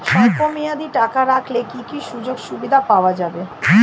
স্বল্পমেয়াদী টাকা রাখলে কি কি সুযোগ সুবিধা পাওয়া যাবে?